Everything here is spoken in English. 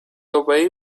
away